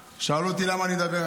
שאלו אותי למה אני מדבר.